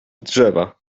drzewa